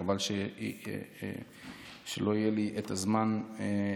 חבל שלא יהיה לי את הזמן לסיים.